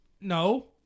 No